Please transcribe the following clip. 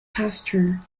pasture